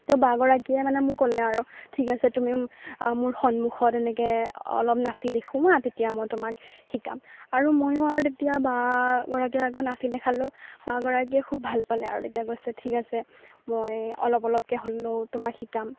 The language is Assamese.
তো বাগৰাকীয়ে মানে মোক ক'লে আৰু ঠিক আছে তুমি মোৰ সন্মুখত এনেকৈ অলপ নাচি দেখুৱা তেতিয়া মই তোমাক শিকাম আৰু ময়ো আৰু তেতিয়া বাগৰাকীৰ আগত নাচি দেখালোঁ বাগৰাকীয়ে খুব ভাল পালে আৰু তেতিয়া কৈছে ঠিক আছে মই অলপ অলপকৈ হ'লেও তোমাক শিকাম